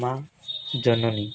ମାଁ ଜନନୀ